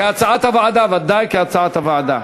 כהצעת הוועדה, ודאי כהצעת הוועדה.